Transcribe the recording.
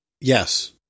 Yes